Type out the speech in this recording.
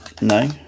No